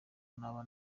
naba